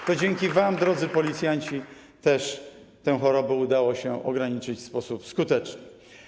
To też dzięki wam, drodzy policjanci, tę chorobę udało się ograniczyć w sposób skuteczny.